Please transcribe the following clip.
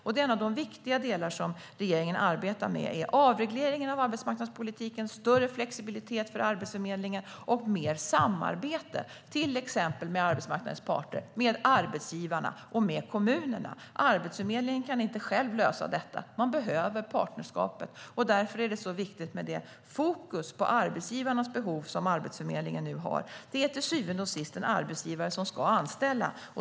Några av de viktiga delar som regeringen arbetar med är avregleringen av arbetsmarknadspolitiken, större flexibilitet för Arbetsförmedlingen och mer samarbete, till exempel med arbetsmarknadens parter, med arbetsgivarna och med kommunerna. Arbetsförmedlingen kan inte ensam lösa detta. Man behöver partnerskapet. Därför är det så viktigt med det fokus på arbetsgivarnas behov som Arbetsförmedlingen nu har. Det är till syvende och sist en arbetsgivare som ska anställa.